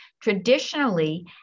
Traditionally